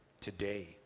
today